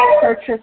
Purchase